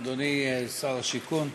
אדוני שר הבינוי והשיכון,